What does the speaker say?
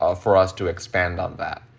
ah for us to expand on that,